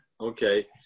Okay